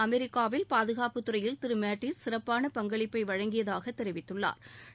அமெரிக்காவில் பாதுகாப்பு துறையில் திரு மேட்டீஸ் சிறப்பான பங்களிப்பை வழங்கியதாக தெரிவித்துள்ளாா்